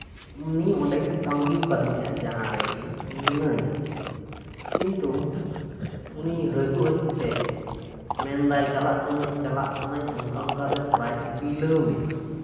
ᱩᱱᱤ ᱚᱸᱰᱮᱧ ᱛᱟᱸᱜᱤᱣᱟᱠᱟᱫᱮ ᱛᱟᱦᱮᱸᱱᱟ ᱡᱟᱦᱟᱸᱨᱮ ᱤᱧ ᱢᱤᱱᱟᱹᱧᱟ ᱠᱤᱱᱛᱩ ᱩᱱᱤ ᱦᱟᱹᱡᱩᱜ ᱦᱟᱹᱡᱩᱜ ᱛᱮ ᱢᱮᱱᱫᱟᱭ ᱪᱟᱞᱟᱜ ᱠᱟᱹᱱᱟᱹᱧᱼᱪᱟᱞᱟᱜ ᱠᱟᱹᱱᱟᱧ ᱚᱱᱠᱟᱼᱚᱱᱠᱟ ᱛᱮ ᱛᱷᱚᱲᱟᱭ ᱵᱤᱞᱳᱢᱮᱱᱟ